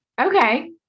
Okay